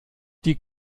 die